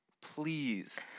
please